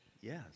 Yes